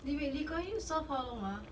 lee wait lee kuan yew serve how long ah